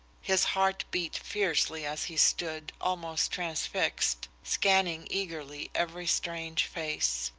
his heart beat fiercely as he stood, almost transfixed, scanning eagerly every strange face.